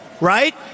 Right